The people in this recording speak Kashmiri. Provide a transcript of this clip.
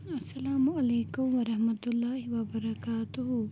السلام علیکُم ورحمتُہ اللہ وَبرکاتہوٗ